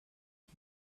pit